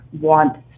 wants